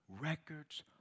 records